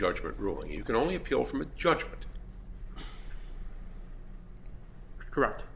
judgment ruling you can only appeal from a judgment corr